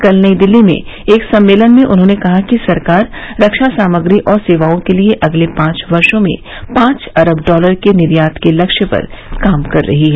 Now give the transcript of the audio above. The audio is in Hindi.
कल नई दिल्ली में एक सम्मेलन में उन्होंने कहा कि सरकार रक्षा सामग्री और सेवाओं के लिए अगले पांच वर्षो में पांच अरब डॉलर के निर्यात के लक्ष्य पर काम कर रही है